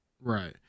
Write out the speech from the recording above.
Right